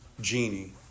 genie